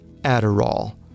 Adderall